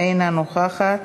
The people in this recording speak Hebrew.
אינה נוכחת,